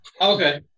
Okay